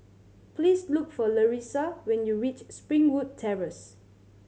please look for Larissa when you reach Springwood Terrace